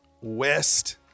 west